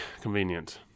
convenient